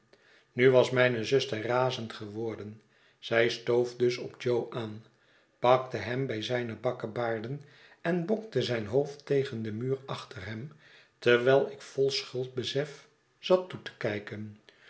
nu was mijne zuster razend geworden zij stoof dus op jo aan pakte hem bij zijne bakkebaarden en bonkte zijn hoofd tegen den muur achter hem terwijl ik vol schuldbesef zat toe te kijken